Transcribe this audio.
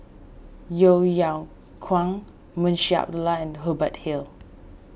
Yeo Yeow Kwang Munshi Abdullah and Hubert Hill